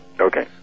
Okay